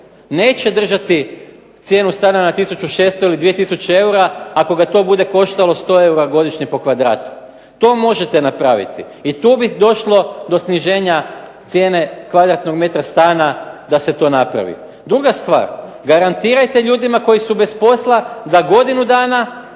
Neće držati cijenu stana na 1600 ili 2000 eura ako ga to bude koštalo 100 eura godišnje po kvadratu. To možete napraviti i tu bi došlo do sniženja cijene kvadratnog metra stana da se to napravi. Druga stvar. Garantirajte ljudima koji su bez posla da godinu dana